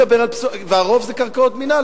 והרוב זה קרקעות מדינה,